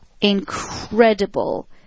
incredible